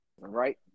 right